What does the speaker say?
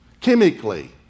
chemically